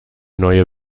neue